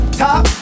top